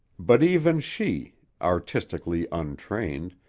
but even she, artistically untrained,